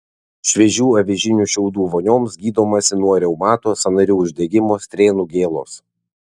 šviežių avižinių šiaudų vonioms gydomasi nuo reumato sąnarių uždegimo strėnų gėlos